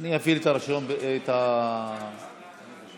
חבריי חברי הכנסת,